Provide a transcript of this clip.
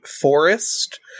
forest